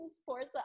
sports